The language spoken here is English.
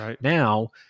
Now